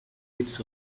bits